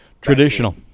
Traditional